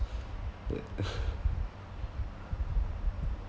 uh